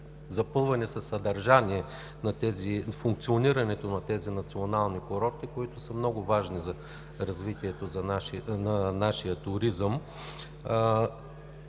запълване със съдържание функционирането на тези национални курорти, които са много важни за развитието на нашия туризъм.